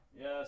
Yes